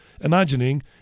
imagining